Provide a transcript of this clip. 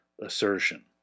assertion